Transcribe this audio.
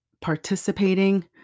participating